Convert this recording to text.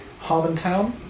Harmontown